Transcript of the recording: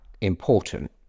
important